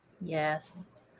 Yes